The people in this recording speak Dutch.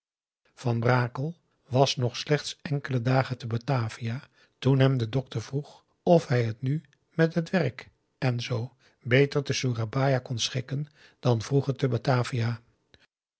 van brakel was nog slechts enkele dagen te batavia toen hem de dokter vroeg of hij het nu met t werk en p a daum de van der lindens c s onder ps maurits zoo beter te soerabaia kon schikken dan vroeger te batavia